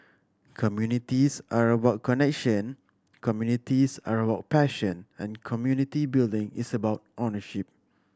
communities are about connection communities are about passion and community building is about ownership